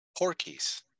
Porkies